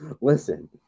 Listen